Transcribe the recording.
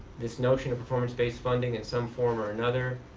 this notion of performance based funding in some form or another.